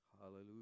Hallelujah